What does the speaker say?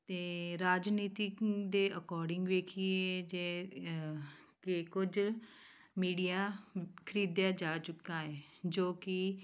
ਅਤੇ ਰਾਜਨੀਤਿਕ ਦੇ ਅਕੋਰਡਿੰਗ ਦੇਖੀਏ ਜੇ ਕਿ ਕੁਝ ਮੀਡੀਆ ਖਰੀਦਿਆ ਜਾ ਚੁੱਕਾ ਹੈ ਜੋ ਕਿ